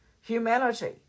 humanity